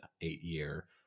eight-year